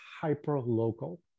hyper-local